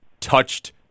touched